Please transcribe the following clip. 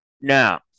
Now